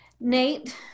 Nate